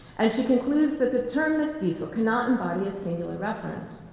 and she concludes that the term mestizo can not embody a singular reference.